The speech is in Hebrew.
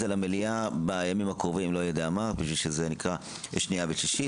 זה למליאה בימים הקרובים בשביל שנייה ושלישית.